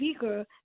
bigger